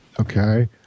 Okay